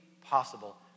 possible